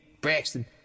Braxton